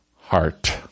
heart